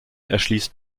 erschließt